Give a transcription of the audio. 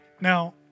Now